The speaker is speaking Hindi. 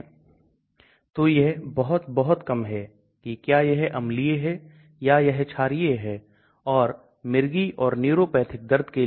यदि LogP कम है इसका मतलब यह हाइड्रोफिलिक है इसका मतलब यह अधिक पानी में घुलनशील होगा लेकिन membrane से गुजरना मुश्किल हो सकता है अधिकांश दवा जैसे मॉलिक्यूल में LogP 2 से 4 का होगा